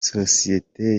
sosiyete